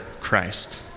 Christ